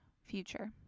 Future